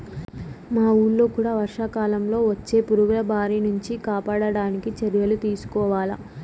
మా వూళ్ళో కూడా వర్షాకాలంలో వచ్చే పురుగుల బారి నుంచి కాపాడడానికి చర్యలు తీసుకోవాల